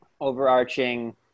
overarching